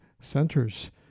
centers